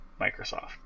Microsoft